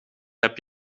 heb